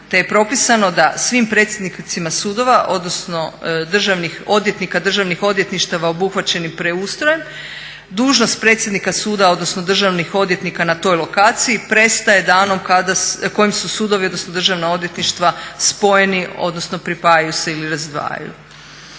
te je propisano da svim predsjednicima sudova odnosno državnih odvjetnika, državnih odvjetništava obuhvaćenih preustrojem dužnost predsjednika suda odnosno državnih odvjetnika na toj lokaciji prestaje danom kada kojim su sudovi, odnosno državna odvjetništva spojeni odnosno pripajaju se ili razdvajaju.